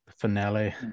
finale